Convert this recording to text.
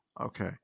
Okay